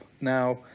Now